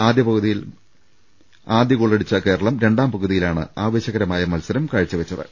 ആദ്യപകുതിയിൽ ആദ്യ ഗോൾ അടിച്ച കേരളം രണ്ടാം പകുതിയിലാണ് ആവേശകര മായ മത്സരം കാഴ്ചവെച്ചത്